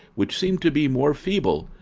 which seem to be more feeble,